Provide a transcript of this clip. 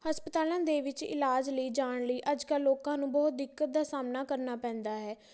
ਹਸਪਤਾਲਾਂ ਦੇ ਵਿੱਚ ਇਲਾਜ ਲਈ ਜਾਣ ਲਈ ਅੱਜ ਕੱਲ੍ਹ ਲੋਕਾਂ ਨੂੰ ਬਹੁਤ ਦਿੱਕਤ ਦਾ ਸਾਹਮਣਾ ਕਰਨਾ ਪੈਂਦਾ ਹੈ